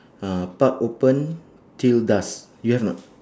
uh park open till dusk you have or not